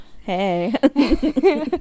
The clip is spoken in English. hey